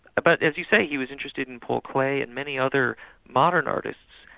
but, as you say, he was interested in paul klee and many other modern artists,